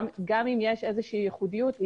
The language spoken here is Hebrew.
גם אם יש ייחודיות כלשהי,